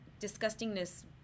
disgustingness